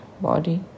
body